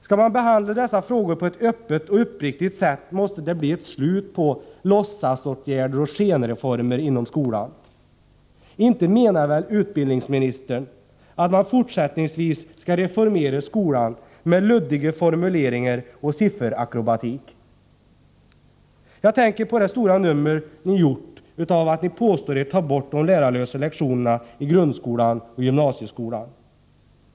Skall man behandla dessa frågor på ett öppet och uppriktigt sätt, måste det bli ett slut på låtsasåtgärder och skenreformer inom skolan. Inte menar väl utbildningsministern att man fortsättningsvis skall reformera skolan med luddiga formuleringar och sifferakrobatik? Jag tänker på det stora nummer ni gjort av att ni påstår er ta bort de lärarlösa lektionerna i grundskolan och gymnasieskolan.